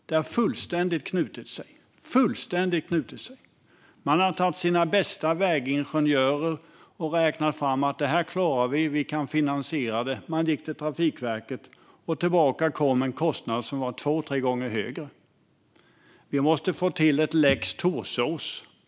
Det har fullständigt knutit sig. Man tog sina bästa vägingenjörer och räknade fram att man klarar detta och kan finansiera det. Man gick sedan till Trafikverket, och tillbaka kom en kostnad som var två till tre gånger högre. Vi måste få till en lex Torsås.